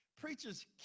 Preachers